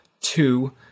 two